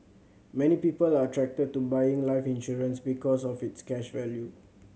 many people are attracted to buying life insurance because of its cash value